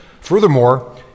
Furthermore